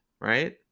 right